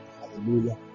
Hallelujah